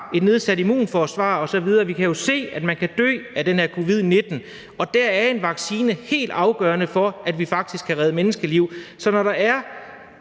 et nedsat immunforsvar osv. Vi kan jo se, at man kan dø af den her covid-19, og der er en vaccine helt afgørende for, at vi faktisk kan redde menneskeliv. Så når der er